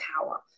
power